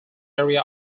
area